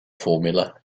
formula